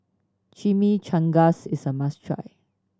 chimichangas is a must try